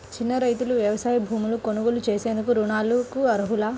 చిన్న రైతులు వ్యవసాయ భూములు కొనుగోలు చేసేందుకు రుణాలకు అర్హులా?